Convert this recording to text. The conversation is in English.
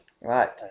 Right